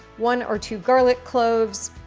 one or two garlic cloves,